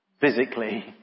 physically